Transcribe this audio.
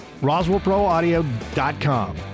RoswellProAudio.com